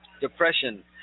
Depression